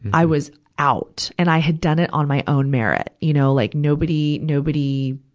i was out. and i had done it on my own merit. you know, like nobody, nobody,